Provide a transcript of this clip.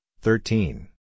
thirteen